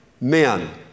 men